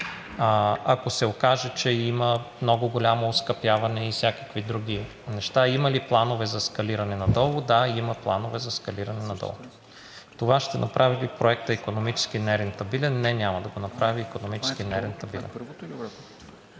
Ако се окаже, че има много голямо оскъпяване и всякакви други неща, има ли планове за ескалиране надолу – да, има планове за ескалиране надолу. Това ще направи ли Проекта икономически нерентабилен – не, няма да го направи икономически нерентабилен.